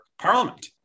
parliament